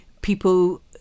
people